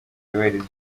yubahiriza